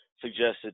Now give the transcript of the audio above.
suggested